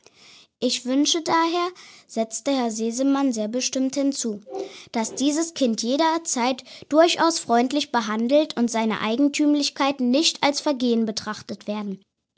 ich wünsche daher setzte herr sesemann sehr bestimmt hinzu dass dieses kind jederzeit durchaus freundlich behandelt und seine eigentümlichkeiten nicht als vergehen betrachtet werden